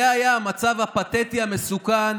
זה היה המצב הפתטי המסוכן